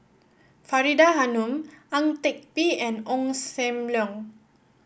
Faridah Hanum Ang Teck Bee and Ong Sam Leong